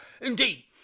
Indeed